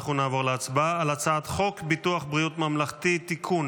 נעבור להצבעה על הצעת חוק ביטוח בריאות ממלכתי (תיקון,